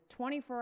24